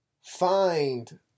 find